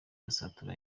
gasatura